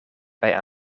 bij